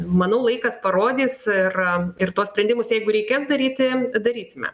manau laikas parodys ir ir tuos sprendimus jeigu reikės daryti darysime